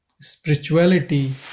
Spirituality